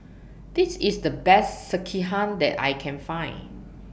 This IS The Best Sekihan that I Can Find